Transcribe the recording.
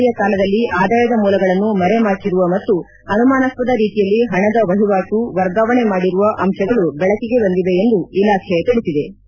ದಾಳಿಯ ಕಾಲದಲ್ಲಿ ಆದಾಯದ ಮೂಲಗಳನ್ನು ಮರೆ ಮಾಚಿರುವ ಮತ್ತು ಅನುಮಾನಾಸ್ವದ ರೀತಿಯಲ್ಲಿ ಹಣದ ವಹಿವಾಟು ವರ್ಗಾವಣೆ ಮಾಡಿರುವ ಅಂಶಗಳು ಬೆಳಕಿಗೆ ಬಂದಿದೆ ಎಂದು ಇಲಾಖೆ ತಿಳಿಸಿದೆ